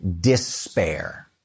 despair